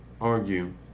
argue